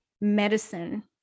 medicine